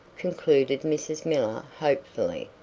concluded mrs. miller hopefully.